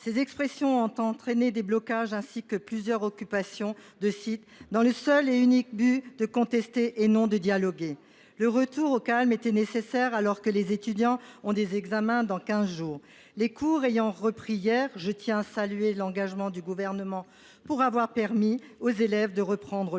Ces protestations ont entraîné des blocages, ainsi que plusieurs occupations de sites universitaires, avec le seul et unique objectif de contester, non de dialoguer. Un retour au calme était nécessaire, alors que les étudiants passent des examens dans quinze jours. Les cours ayant repris hier, je tiens à saluer l’engagement du Gouvernement, qui a permis aux élèves de reprendre le travail.